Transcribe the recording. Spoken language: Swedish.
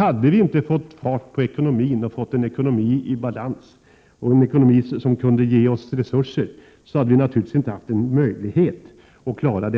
Hade vi inte fått fart på ekonomin och fått en ekonomi i balans, en ekonomi som kunde ge oss resurser, hade vi naturligtvis inte haft någon möjlighet att klara